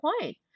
point